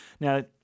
Now